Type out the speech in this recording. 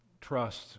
trust